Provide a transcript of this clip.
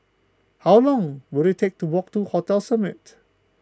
how long will it take to walk to Hotel Summit